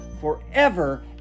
forever